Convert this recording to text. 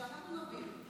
שאנחנו נבין.